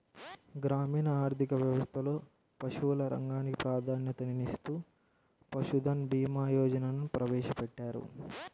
గ్రామీణ ఆర్థిక వ్యవస్థలో పశువుల రంగానికి ప్రాధాన్యతనిస్తూ పశుధన్ భీమా యోజనను ప్రవేశపెట్టారు